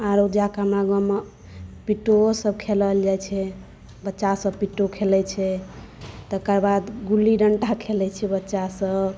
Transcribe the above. आरो जाकऽ हमरा गाममे पिटोओ सब खेलल जाइ छै बच्चासभ पिटो खेलै छै तकर बाद गुल्ली डण्टा सब खेलै छै बच्चासभ